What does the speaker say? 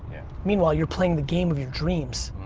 meanwhile you're playing the game of your dreams.